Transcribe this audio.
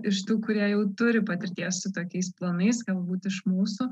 iš tų kurie jau turi patirties su tokiais planais galbūt iš mūsų